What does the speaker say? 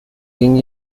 ging